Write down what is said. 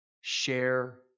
share